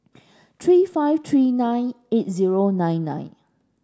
three five three nine eight zero nine nine